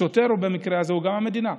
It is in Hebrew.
השוטר במקרה הזה הוא גם המדינה.